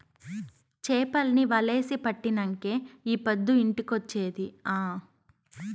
చేపల్ని వలేసి పట్టినంకే ఈ పొద్దు ఇంటికొచ్చేది ఆ